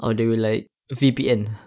or the like V_P_N ah